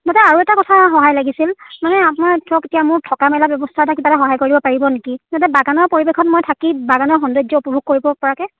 মোৰ তাত আৰু এটা কথা সহায় লাগিছিল মানে আপোনাৰ চাওক এতিয়া মোৰ থকা মেলা ব্যৱস্থা এটা কিবা এটা সহায় কৰি দিব পাৰিব নেকি যাতে বাগানৰ পৰিৱেশত মই থাকি বাগানৰ সৌন্দৰ্য উপভোগ কৰিব পৰাকৈ